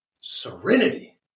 Serenity